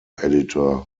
editor